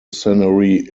scenery